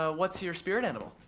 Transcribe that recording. ah what's your spirit animal?